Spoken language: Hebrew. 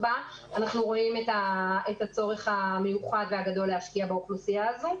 בה אנחנו רואים את הצורך המיוחד והגדול להשקיע באוכלוסייה הזו.